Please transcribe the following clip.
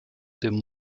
dem